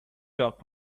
talk